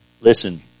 listen